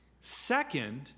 Second